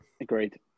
Agreed